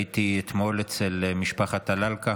הייתי אתמול אצל משפחת טלאלקה